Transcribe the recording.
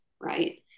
right